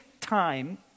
time